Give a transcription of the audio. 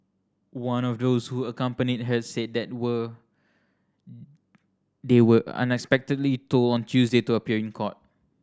one of those who accompanied her said were they were unexpectedly told on Tuesday to appear in court